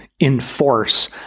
enforce